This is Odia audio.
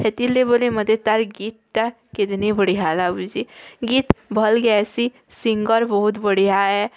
ସେଥିର୍ ଲାଗି ବୋଲି ମୋତେ ତା'ର୍ ଗୀତ୍ଟା କିତିନି ବଢ଼ିଆ ଲାଗୁଛି ଗୀତ୍ ଭଲ୍ ଗ୍ୟାସି ସିଙ୍ଗର୍ ବହୁତ ବଢ଼ିଆ ହେ